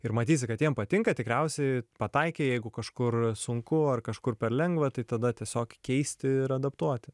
ir matysi kad jiem patinka tikriausiai pataikei jeigu kažkur sunku ar kažkur per lengva tai tada tiesiog keisti ir adaptuoti